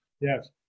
Yes